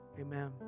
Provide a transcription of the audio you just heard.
Amen